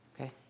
Okay